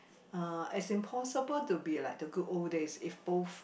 uh as in possible to be like the good old days if both